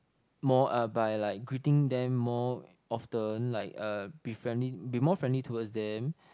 more uh by like greeting them more often like uh be friendly be more friendly towards them